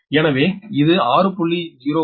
எனவே இது 6